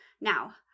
Now